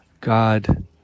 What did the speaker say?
God